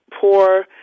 poor